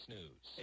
News